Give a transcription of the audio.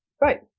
Right